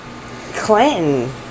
Clinton